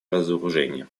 разоружения